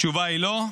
התשובה היא לא.